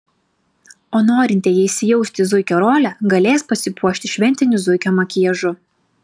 o norintieji įsijausti į zuikio rolę galės pasipuošti šventiniu zuikio makiažu